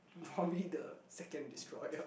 how we the second destroyer